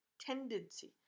tendency